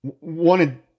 Wanted